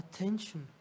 attention